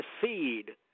seed